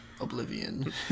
Oblivion